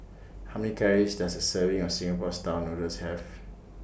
How Many Calories Does A Serving of Singapore Style Noodles Have